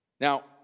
Now